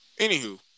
Anywho